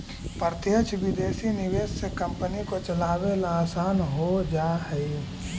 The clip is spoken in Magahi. प्रत्यक्ष विदेशी निवेश से कंपनी को चलावे ला आसान हो जा हई